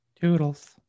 Toodles